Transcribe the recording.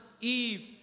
Eve